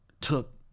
took